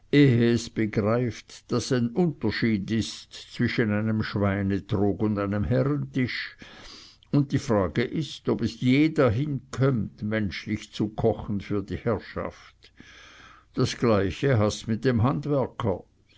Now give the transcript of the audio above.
begreift daß ein unterschied ist zwischen einem schweinetrog und einem herrentisch und die frage ist ob es je dahin kömmt menschlich zu kochen für die herrschaft das gleiche hast mit dem handwerker